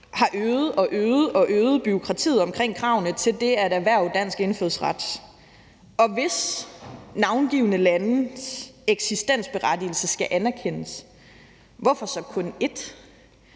har øget og øget bureaukratiet omkring kravene til det at erhverve dansk indfødsret? Og hvis navngivne landes eksistensberettigelse skal anerkendes, hvorfor så kun et?